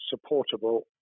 supportable